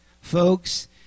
Folks